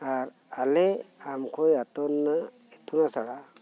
ᱟᱨ ᱟᱞᱮ ᱟᱢᱠᱳᱭ ᱟᱛᱩ ᱨᱮᱱᱟᱜ ᱤᱛᱩᱱ ᱟᱥᱲᱟ